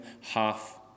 half